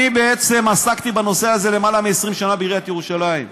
אני בעצם עסקתי בנושא הזה יותר מ-20 שנה בעיריית ירושלים,